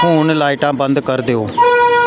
ਹੁਣ ਲਾਈਟਾਂ ਬੰਦ ਕਰ ਦਿਓ